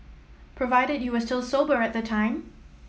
provided you were still sober at the time